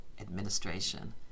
administration